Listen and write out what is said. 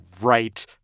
right